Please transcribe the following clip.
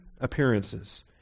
appearances